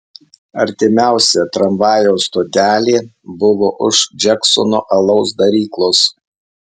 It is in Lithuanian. artimiausia tramvajaus stotelė buvo už džeksono alaus daryklos